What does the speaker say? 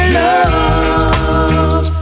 love